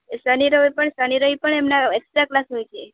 એ શનિ રવિ પણ શનિ રવિ પણ એમના એકસ્ટ્રા ક્લાસ હોય છે